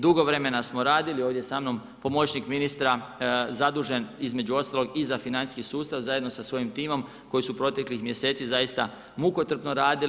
Dugo vremena smo radili, ovdje je sa mnom pomoćnik ministra zadužen između ostalog, i za financijski sustav, zajedno sa svojim timom koji su proteklih mjeseci zaista mukotrpno radili.